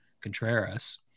Contreras